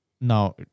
now